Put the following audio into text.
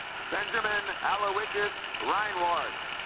benjamin aloysius reinhardt